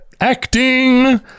acting